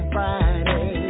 Friday